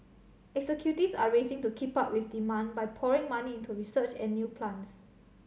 executives are racing to keep up with demand by pouring money into research and new plants